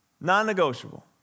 Non-negotiable